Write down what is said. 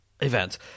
event